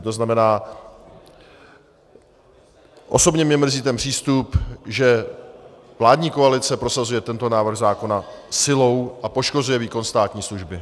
To znamená, osobně mě mrzí ten přístup, že vládní koalice prosazuje tento návrh zákona silou a poškozuje výkon státní služby.